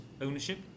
ownership